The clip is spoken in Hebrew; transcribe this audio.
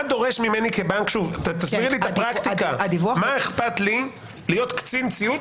מה אכפת לי להיות קצין ציות,